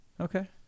Okay